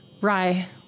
Rye